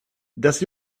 das